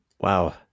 wow